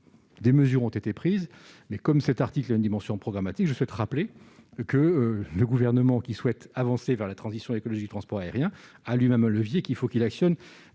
des mesures ont été prises. Cependant, comme cet article a une dimension programmatique, je veux rappeler que le Gouvernement, qui souhaite avancer vers la transition écologique du transport aérien, dispose d'un levier qu'il doit actionner